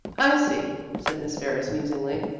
i see, said miss ferris musingly.